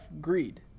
greed